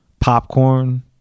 popcorn